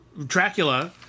Dracula